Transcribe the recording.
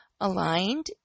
aligned